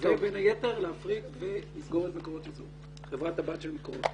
ובין היתר להפריט ולסגור את חברת הבת של מקורות.